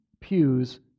pews